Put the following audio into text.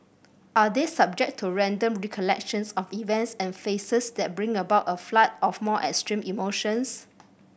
are they subject to random recollections of events and faces that bring about a flood of more extreme emotions